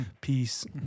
peace